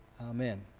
Amen